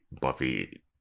buffy